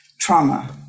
trauma